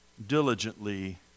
Diligently